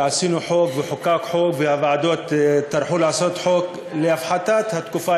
ועשינו חוק וחוקק חוק והוועדות טרחו לעשות חוק להפחתת התקופה,